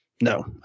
No